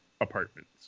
apartments